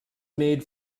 made